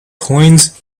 coins